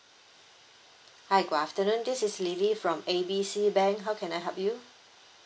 hi good afternoon this is lily from A B C bank how can I help you